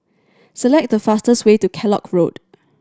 select the fastest way to Kellock Road